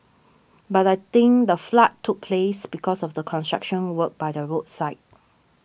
but I think the flood took place because of the construction work by the roadside